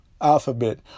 alphabet